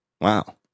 Wow